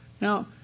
Now